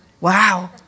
Wow